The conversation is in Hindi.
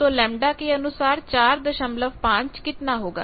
तो λ के अनुसार 45 कितना होगा